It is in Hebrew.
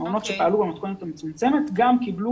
מעונות שפעלו במתכונת המצומצמת גם קיבלו